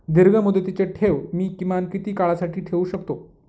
दीर्घमुदतीचे ठेव मी किमान किती काळासाठी ठेवू शकतो?